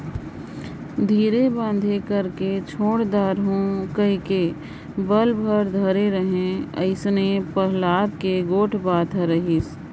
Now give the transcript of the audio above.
धीरे बांधे कइरके छोएड दारहूँ कहिके बेल भेर धरे रहें अइसने पहलाद के गोएड बात हर रहिस